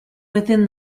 within